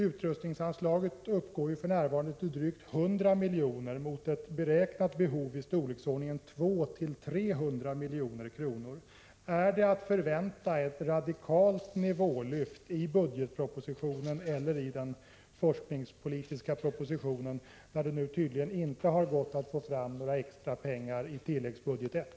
Utrustningsanslaget uppgår för närvarande till drygt 100 milj.kr., vilket är att jämföra med ett beräknat behov på i storleksordningen 200-300 milj.kr. Är det att förvänta ett radikalt nivålyft i budgetpropositionen eller i den forskningspolitiska propositionen? Det har ju tydligen inte gått att få fram några extra pengar i tilläggsbudget I.